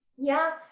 yeah,